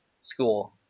school